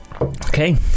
Okay